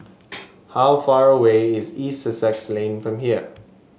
how far away is East Sussex Lane from here